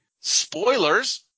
Spoilers